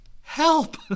Help